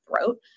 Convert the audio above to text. throat